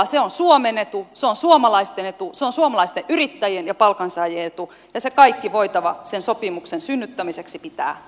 se on suomen etu se on suomalaisten etu se on suomalaisten yrittäjien ja palkansaajien etu ja se kaikki voitava sen sopimuksen synnyttämiseksi pitää tehdä